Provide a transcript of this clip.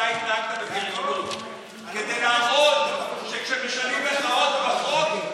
אתה התנהגת בבריונות כדי להראות שכשמשנים לך אות בחוק,